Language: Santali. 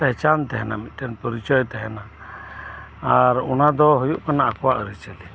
ᱯᱮᱦᱮᱪᱟᱱ ᱛᱟᱦᱮᱱᱟ ᱢᱤᱫᱴᱮᱱ ᱯᱚᱨᱤᱪᱚᱭ ᱛᱟᱦᱮᱱᱟ ᱟᱨ ᱚᱱᱟᱫᱚ ᱦᱩᱭᱩᱜ ᱠᱟᱱᱟ ᱟᱠᱩᱣᱟᱜ ᱟᱹᱨᱤᱪᱟᱹᱞᱤ